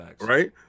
right